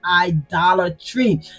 idolatry